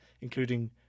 including